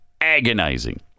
agonizing